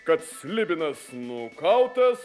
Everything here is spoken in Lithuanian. kad slibinas nukautas